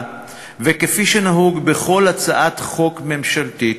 וכפי שנהוג בכל הצעת חוק ממשלתית,